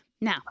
Now